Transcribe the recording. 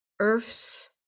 earth's